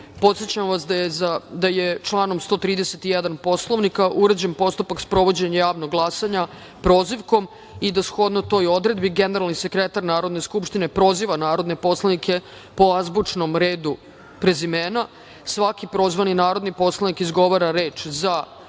podsećam vas da je članom 131. Poslovnika uređen postupak sprovođenja javnog glasanja prozivkom i da shodno toj odredbi generalni sekretar Narodne skupštine proziva narodne poslanike po azbučnom redu prezimena. Svaki prozvani narodni poslanik izgovara reč „za“, „protiv“, ili